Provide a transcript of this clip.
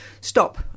stop